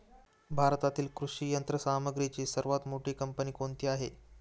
भारतातील कृषी यंत्रसामग्रीची सर्वात मोठी कंपनी कोणती आहे?